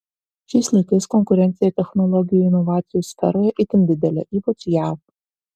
šiais laikais konkurencija technologijų inovacijų sferoje itin didelė ypač jav